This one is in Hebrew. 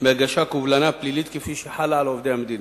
מהגשת קובלנה פלילית, כפי שחלה על עובדי המדינה.